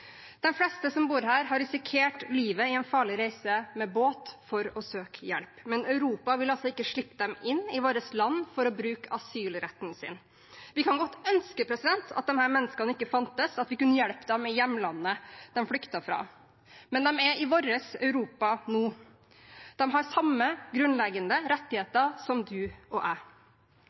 fleste som bor der, har risikert livet i en farlig reise med båt for å søke hjelp, men Europa vil ikke slippe dem inn i sine land for å bruke asylretten sin. Vi kan godt ønske at disse menneskene ikke fantes, at vi kunne hjulpet dem i hjemlandet de flyktet fra, men de er i vårt Europa nå. De har de samme grunnleggende rettighetene som du og jeg. Det er